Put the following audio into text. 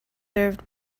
served